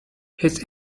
his